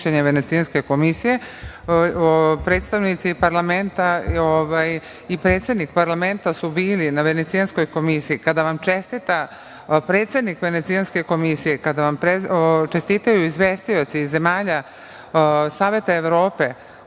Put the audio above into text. Venecijanske komisije. Predstavnici parlamenta i predsednik parlamenta su bili na Venecijanskoj komisiji. Kada vam čestita predsednik Venecijanske komisije, kada vam čestitaju izvestioci iz zemalja Saveta Evrope,